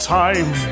time